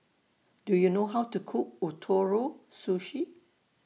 Do YOU know How to Cook Ootoro Sushi